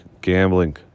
gambling